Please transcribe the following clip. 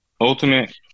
Ultimate